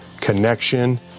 connection